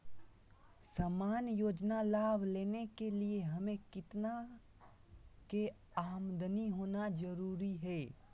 सामान्य योजना लाभ लेने के लिए हमें कितना के आमदनी होना जरूरी है?